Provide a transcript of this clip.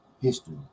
history